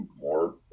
more